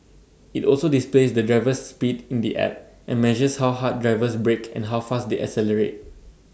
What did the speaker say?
IT also displays the driver's speed in the app and measures how hard drivers brake and how fast they accelerate